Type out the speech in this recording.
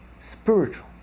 Spiritual